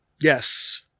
Yes